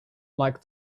like